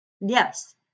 Yes